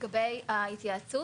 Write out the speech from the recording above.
לגבי ההתייעצות?